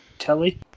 telly